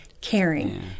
caring